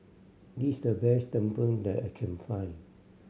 this is the best tumpeng that I can find